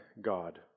God